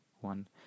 one